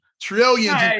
Trillions